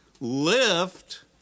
lift